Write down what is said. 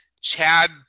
Chad